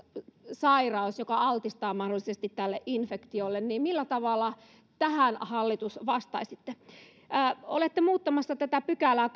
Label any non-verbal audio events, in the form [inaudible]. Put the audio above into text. sairaus joka altistaa mahdollisesti tälle infektiolle millä tavalla tähän hallitus vastaisitte olette muuttamassa tätä kahdeksattakymmenettäseitsemättä pykälää [unintelligible]